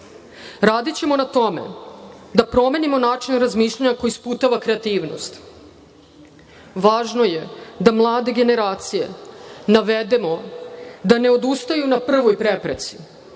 Radićemo na tome da promenimo način razmišljanja koji sputava kreativnost. Važno je da mlade generacije navedemo da ne odustaju na prvoj prepreci,